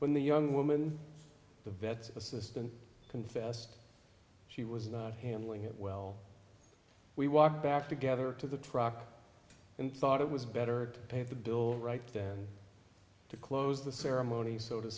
when the young woman the vet's assistant confessed she was not handling it well we walked back together to the truck and thought it was better to pay the bill right than to close the ceremony so to